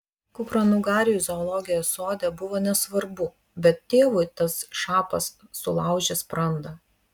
kupranugariui zoologijos sode buvo nesvarbu bet tėvui tas šapas sulaužė sprandą